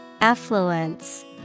Affluence